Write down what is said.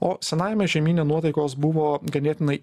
o senajame žemyne nuotaikos buvo ganėtinai